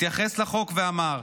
התייחס לחוק ואמר: